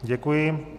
Děkuji.